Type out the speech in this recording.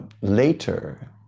later